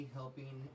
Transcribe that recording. helping